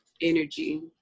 energy